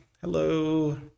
Hello